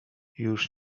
już